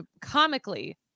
comically